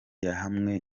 yahamwe